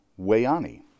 Wayani